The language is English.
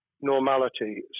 normality